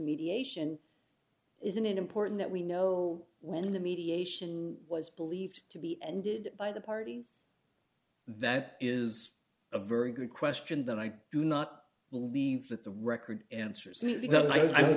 mediation is an important that we know when the mediation was believed to be ended by the parties that is a very good question that i do not believe that the record answers